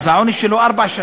אז העונש שלו ארבע שנים.